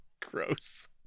Gross